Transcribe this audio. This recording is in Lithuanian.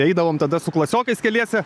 eidavom tada su klasiokais keliese